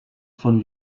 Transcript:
von